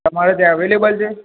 તમારે ત્યાં અવેલેબલ છે